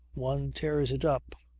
one tears it up.